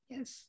Yes